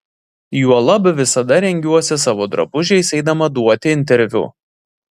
juolab visada rengiuosi savo drabužiais eidama duoti interviu